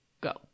Go